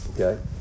Okay